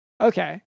okay